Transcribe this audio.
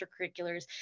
extracurriculars